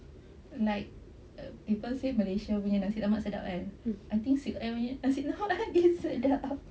like people say malaysia punya nasi lemak sedap kan I think silk air [one] that [one] is sedap